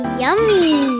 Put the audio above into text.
yummy